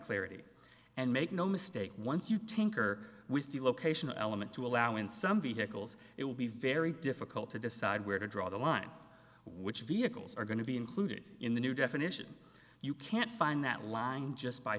clarity and make no mistake once you tinker with the location element to allow in some vehicles it will be very difficult to decide where to draw the line which vehicles are going to be included in the new definition you can't find that line just by